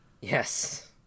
Yes